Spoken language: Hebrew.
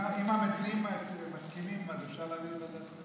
אם המציעים מסכימים, אפשר להעביר לוועדת הכלכלה.